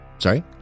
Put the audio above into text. Sorry